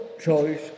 choice